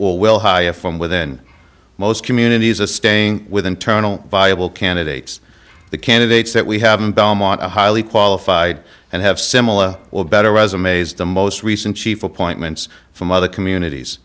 all will high and from within most communities a staying with internal viable candidates the candidates that we have in belmont a highly qualified and have similar or better resumes the most recent chief appointments from other communities